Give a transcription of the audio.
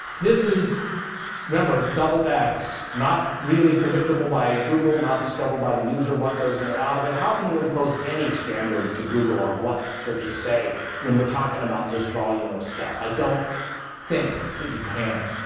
this is remember, double x. not really predictable by google, not discoverable by the user, what goes in or out of it how can you impose any standard to google on what searches say when we're talking about this volume of stuff? i don't think that you can.